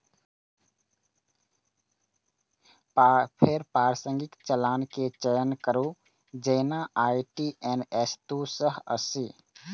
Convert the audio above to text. फेर प्रासंगिक चालान के चयन करू, जेना आई.टी.एन.एस दू सय अस्सी